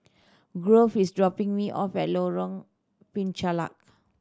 Grove is dropping me off at Lorong Penchalak